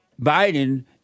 Biden